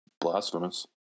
blasphemous